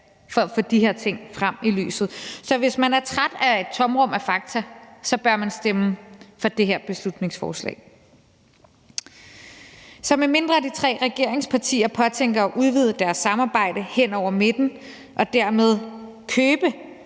for at få de her ting frem i lyset. Så hvis man er træt af et tomrum af fakta, bør man stemme for det her beslutningsforslag. Så medmindre de tre regeringspartier påtænker at udvide deres samarbejde hen over midten og dermed købe